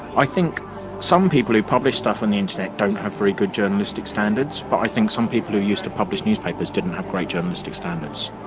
i think some people who publish stuff on the internet don't have very good journalistic standards, but i think some people who used to publish newspapers didn't have great journalistic standards.